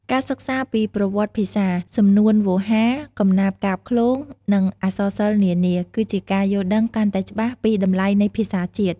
ការសិក្សាពីប្រវត្តិភាសា សំនួនវោហារ កំណាព្យកាព្យឃ្លោង និងអក្សរសិល្ប៍នានា គឺជាការយល់ដឹងកាន់តែច្បាស់ពីតម្លៃនៃភាសាជាតិ។